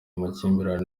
amakimbirane